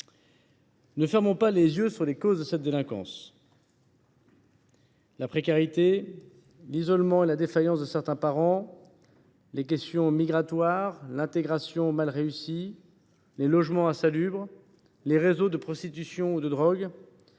Ne fermons pas les yeux sur les causes de cette délinquance : la précarité, l’isolement et la défaillance de certains parents, les questions migratoires, l’intégration mal réussie, les logements insalubres, les réseaux de prostitution ou de drogue,